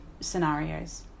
scenarios